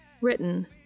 written